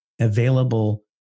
available